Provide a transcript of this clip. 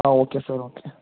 ಹಾಂ okay sir okay